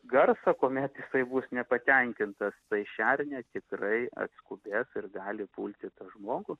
garsą kuomet jisai bus nepatenkintas tai šernė tikrai atskubės ir gali pulti tą žmogų